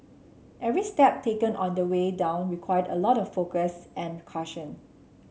every step taken on the way down required a lot of focus and caution